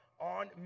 on